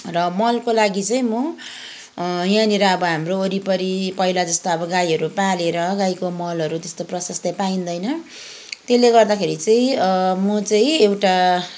र मलको लागि चाहिँ म यहाँनिर अब हाम्रो वरिपरि पहिला जस्तो अब गाईहरू पालेर गाईको मलहरू त्यस्तो प्रशस्तै पाइँदैन त्यसले गर्दाखेरि चाहिँ म चाहिँ एउटा